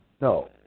no